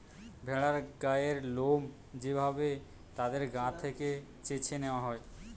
ভেড়ার গায়ের লোম যে ভাবে তাদের গা থেকে চেছে নেওয়া হয়